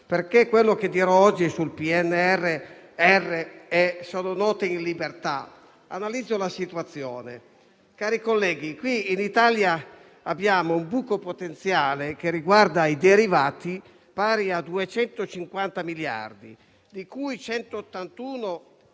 ripresa e resilienza sono note in libertà. Analizzo la situazione. Cari colleghi, qui in Italia abbiamo un buco potenziale che riguarda i derivati pari a 250 miliardi, di cui 181